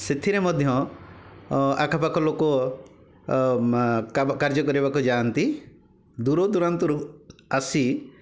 ସେଥିରେ ମଧ୍ୟ ଆଖ ପାଖ ଲୋକ କାର୍ଯ୍ୟ କରିବାକୁ ଯାଆନ୍ତି ଦୂର ଦୁରାନ୍ତରୁ ଆସି